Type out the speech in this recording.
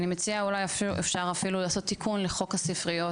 אני מציעה שאולי אפילו אפשר לעשות תיקון לחוק הספריות.